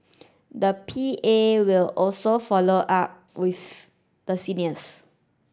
the P A will also follow up with the seniors